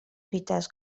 fites